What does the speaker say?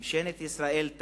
ממשלת ישראל,